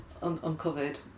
uncovered